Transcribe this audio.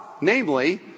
Namely